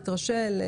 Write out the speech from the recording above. התרשל,